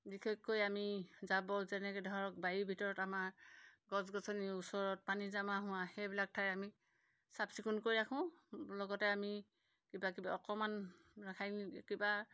বিশেষকৈ আমি জাবৰ যেনেকৈ ধৰক বাৰীৰ ভিতৰত আমাৰ গছ গছনিৰ ওচৰত পানী জমা হোৱা সেইবিলাক ঠাই আমি চাফচিকুণ কৰি ৰাখোঁ লগতে আমি কিবা কিবা অকণমান ৰাসায়নিক কিবা